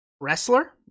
wrestler